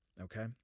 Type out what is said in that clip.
okay